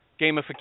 gamification